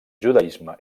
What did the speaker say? judaisme